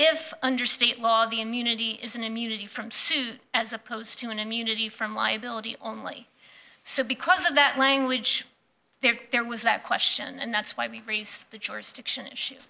if under state law the immunity is an immunity from suit as opposed to an immunity from liability only so because of that language there there was that question and that's why we raise the chores to an issue